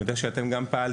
אני יודע שאם גם פעלתם,